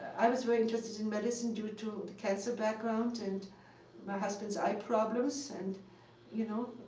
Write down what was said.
i was very interested in medicine due to the cancer background and my husband's eye problems. and you know,